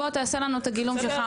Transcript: בוא תעשה לנו את הגילום שלך,